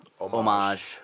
homage